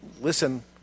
listen